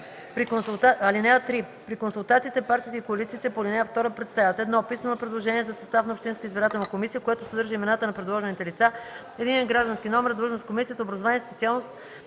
При консултациите партиите и коалициите по ал. 2 представят: 1. писмено предложение за състав на общинската избирателна комисия, което съдържа имената на предложените лица, единен граждански номер, длъжност в комисията, образование, специалност